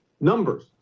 numbers